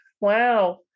wow